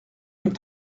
mille